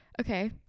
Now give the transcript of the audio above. Okay